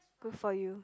good for you